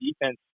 defense